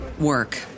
work